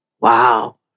wow